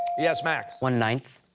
yes, max? one nine.